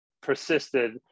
persisted